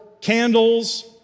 candles